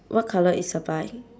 what colour is her bike